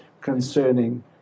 concerning